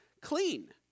clean